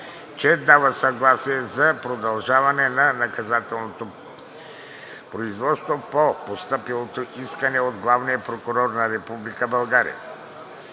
че дава съгласие за продължаване на наказателното производство по постъпилото искане от Главния прокурор на Република България.